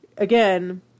Again